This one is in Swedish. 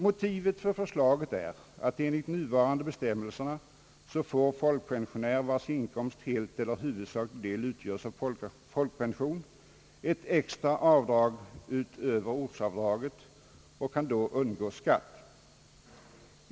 Motivet för förslaget är att enligt nuvarande bestämmelser för folkpensionär, vars inkomst helt eller till huvudsaklig del utgöres av folkpension, ett extra avdrag utöver ortsavdraget sker. Folkpensionären undgår därigenom skatt.